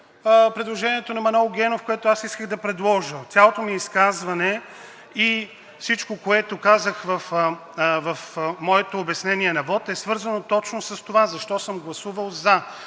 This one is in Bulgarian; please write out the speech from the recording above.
предложението на Манол Генов, което исках да предложа. Цялото ми изказване и всичко, което казах в моето обяснение на вот, е свързано точно с това защо съм гласувал за.